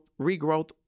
regrowth